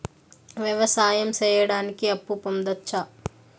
వ్యవసాయం సేయడానికి అప్పు పొందొచ్చా?